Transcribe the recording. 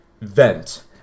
vent